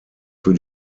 für